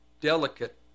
delicate